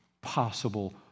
possible